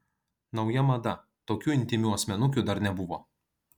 nauja mada tokių intymių asmenukių dar nebuvo